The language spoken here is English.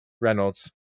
Reynolds